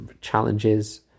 challenges